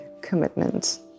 commitment